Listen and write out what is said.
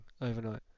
overnight